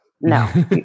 No